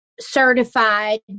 certified